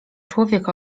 człowiek